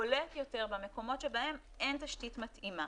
בולט יותר במקומות שבהם אין תשתית מתאימה.